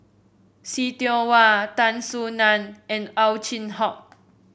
See Tiong Wah Tan Soo Nan and Ow Chin Hock